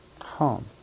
home